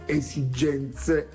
esigenze